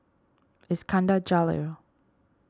Iskandar Jalil